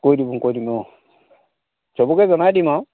কৈ দিম কৈ দিম অঁ সবকে জনাই দিম আৰু